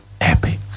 epic